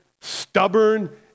stubborn